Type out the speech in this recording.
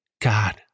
God